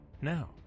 Now